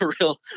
real